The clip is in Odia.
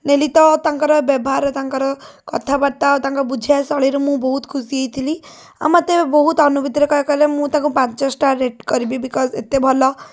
ନେଲି ତ ତାଙ୍କର ବ୍ୟବହାର ତାଙ୍କର କଥାବାର୍ତ୍ତା ତାଙ୍କ ବୁଝେଇବା ଶୈଳୀରୁ ମୁଁ ବହୁତ ଖୁସି ହେଇଥିଲି ଆଉ ମୋତେ ବହୁତ ଅନୁଭୂତିରୁ କହିବାକୁ ଗଲେ ମୁଁ ତାଙ୍କୁ ପାଞ୍ଚ ଷ୍ଟାର୍ ରେଟ୍ କରିବି ବିକଜ୍ ଏତେ ଭଲ